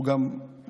שהוא גם מורי,